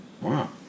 Wow